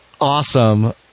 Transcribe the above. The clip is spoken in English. awesome